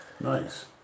nice